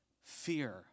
fear